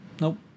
Nope